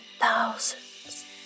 thousands